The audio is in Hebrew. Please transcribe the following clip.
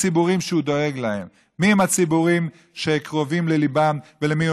מיהם הציבורים שקרובים ללב ולמי הוא